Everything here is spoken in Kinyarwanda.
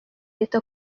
leta